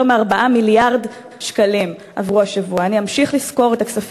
2 מיליון שקלים לאסטרטגיה